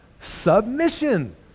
submission